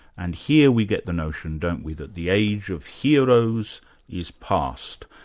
and here we get the notion, don't we, that the age of heroes is past,